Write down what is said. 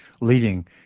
leading